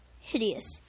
Hideous